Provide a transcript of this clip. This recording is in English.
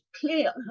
clear